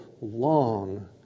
long